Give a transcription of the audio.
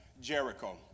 Jericho